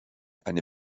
eine